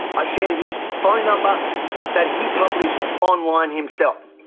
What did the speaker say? i shared his phone number that he published online himself.